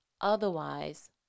Otherwise